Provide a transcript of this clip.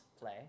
play